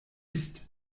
ist